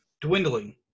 dwindling